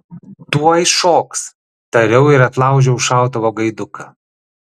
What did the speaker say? tuoj šoks tariau ir atlaužiau šautuvo gaiduką